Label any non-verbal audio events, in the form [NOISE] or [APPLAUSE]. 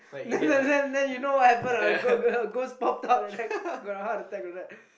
[LAUGHS] then then then then you know what happen or not got ghost pop up and I got a heart attack of that